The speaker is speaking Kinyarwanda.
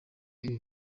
ibi